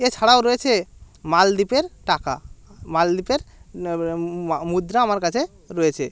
এছাড়াও রয়েছে মালদ্বীপের টাকা মালদ্বীপের মুদ্রা আমার কাছে রয়েছে